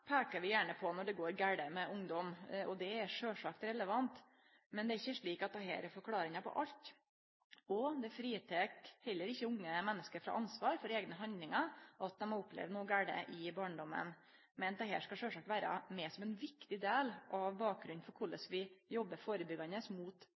peikar vi gjerne på når det går gale med ungdom, og det er sjølvsagt relevant. Men det er ikkje slik at dette er forklåringa på alt. Det fritek heller ikkje unge menneske frå ansvar for eigne handlingar at dei har opplevd noko gale i barndommen. Dette skal likevel sjølvsagt vere med som ein viktig del av bakgrunnen for